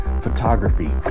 Photography